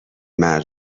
مرد